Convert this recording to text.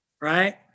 Right